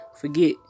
forget